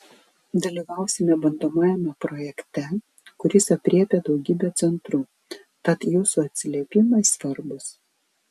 dalyvausime bandomajame projekte kuris aprėpia daugybę centrų tad jūsų atsiliepimai svarbūs